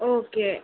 okay